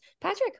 Patrick